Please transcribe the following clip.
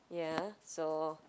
ya so